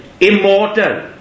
immortal